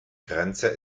grenze